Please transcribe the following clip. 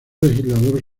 legislador